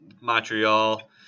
Montreal